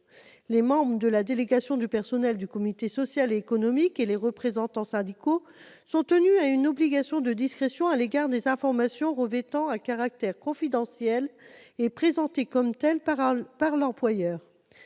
Les membres de la délégation du personnel du comité social et économique et les représentants syndicaux sont tenus à une obligation de discrétion à l'égard des informations revêtant un caractère confidentiel et présentées comme telles par l'employeur.